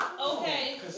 Okay